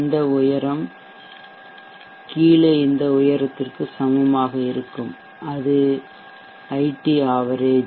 இந்த உயரம் கீழே இந்த உயரத்திற்கு சமமாக இருக்கும் அது ஐடி ஆவரேஜ்